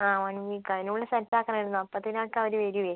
ആ one week അതിനുള്ളിൽ set ആക്കണമായിരുന്നു അപ്പത്തേന് ഒക്കെ അവർ വരുവേ